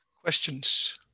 Questions